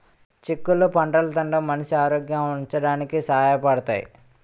చిక్కుళ్ళు పంటలు తినడం మనిషి ఆరోగ్యంగా ఉంచడానికి సహాయ పడతాయి